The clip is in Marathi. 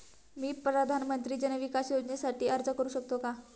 मी प्रधानमंत्री जन विकास योजनेसाठी अर्ज करू शकतो का?